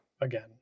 again